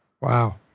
Wow